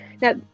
Now